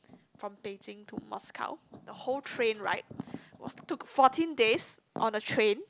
from Beijing to Moscow the whole train ride was took fourteen days on the train